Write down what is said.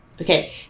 okay